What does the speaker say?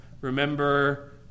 remember